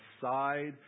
side